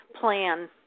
plan